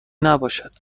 نباشد